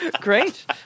Great